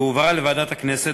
והועברה לוועדת הכנסת.